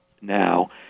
now